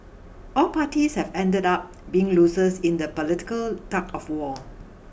all parties have ended up being losers in the political tug of war